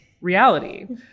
reality